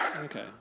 okay